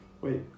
Wait